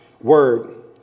word